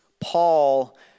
Paul